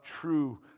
true